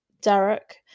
Derek